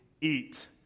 eat